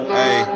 hey